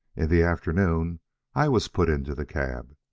in the afternoon i was put into the cab.